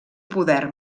poder